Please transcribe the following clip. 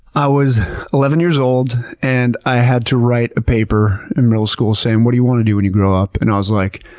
i was eleven years old and i had to write a paper in middle school saying, what do you want to do when you grow up? and i was like,